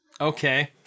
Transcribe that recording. Okay